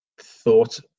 thought